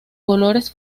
colores